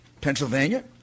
pennsylvania